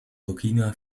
burkina